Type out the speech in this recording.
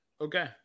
Okay